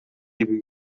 gibi